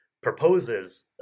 proposes